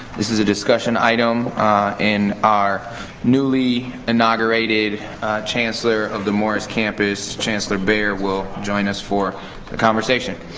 this is a discussion item and our newly inaugurated chancellor of the morris campus, chancellor behr, will join us for the conversation.